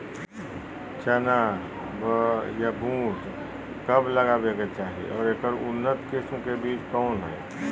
चना बोया बुट कब लगावे के चाही और ऐकर उन्नत किस्म के बिज कौन है?